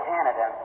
Canada